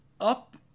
up